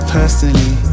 personally